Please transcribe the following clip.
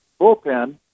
bullpen